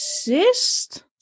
exist